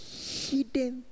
hidden